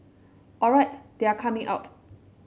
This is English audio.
alright they are coming out